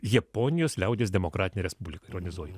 japonijos liaudies demokratinė respubliką ironizuoju